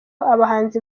abahanzi